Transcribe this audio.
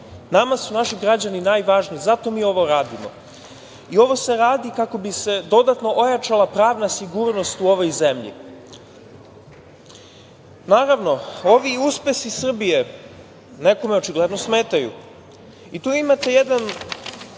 Nama su naši građani najvažniji, zato mi ovo radimo i ovo se radi kako bi se dodatno ojačala pravna sigurnost u ovoj zemlji. Naravno, ovi uspesi Srbije nekome očigledno smetaju i tu imate jednu